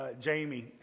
Jamie